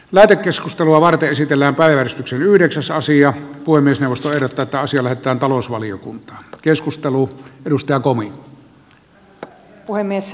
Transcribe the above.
lähetekeskustelua varten esitellään päiväys yhdeksäs osia voimistelusta verotetaan sillä että talousvaliokunta keskustelu arvoisa puhemies